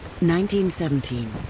1917